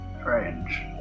strange